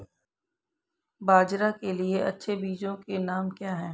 बाजरा के लिए अच्छे बीजों के नाम क्या हैं?